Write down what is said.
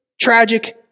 tragic